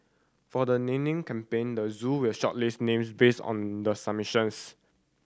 for the naming campaign the zoo will shortlist names based on the submissions